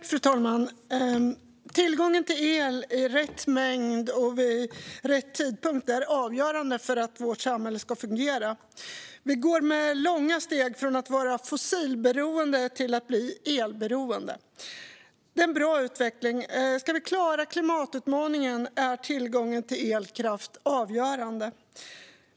Fru talman! Tillgång till el i rätt mängd och vid rätt tidpunkt är avgörande för att vårt samhälle ska fungera. Vi går med långa steg från att vara fossilberoende till att bli elberoende. Det är en bra utveckling. Om vi ska klara klimatutmaningen är tillgången till elkraft avgörande.